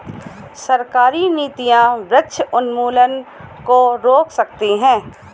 सरकारी नीतियां वृक्ष उन्मूलन को रोक सकती है